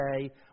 today